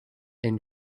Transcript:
een